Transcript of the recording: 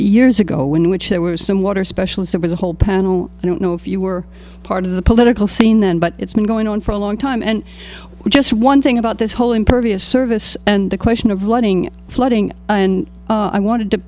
years ago when which there were some water specials there was a whole panel i don't know if you were part of the political scene then but it's been going on for a long time and we're just one thing about this whole impervious service and the question of learning flooding and i wanted to